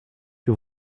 que